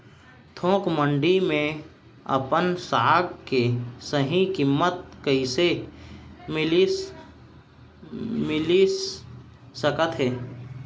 थोक मंडी में अपन साग के सही किम्मत कइसे मिलिस सकत हे?